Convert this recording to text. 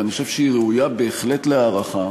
ואני חושב שהיא ראויה בהחלט להערכה,